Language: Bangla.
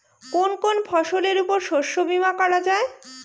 কোন কোন ফসলের উপর শস্য বীমা করা যায়?